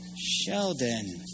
Sheldon